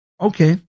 Okay